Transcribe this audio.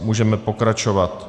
Můžeme pokračovat.